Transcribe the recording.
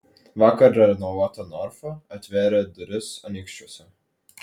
vakar renovuota norfa atvėrė duris anykščiuose